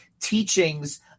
teachings